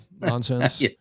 nonsense